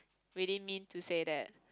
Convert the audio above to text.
we didn't mean to say that